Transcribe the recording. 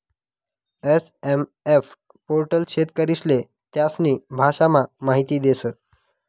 SMF portal शेतकरीस्ले त्यास्नी भाषामा माहिती देस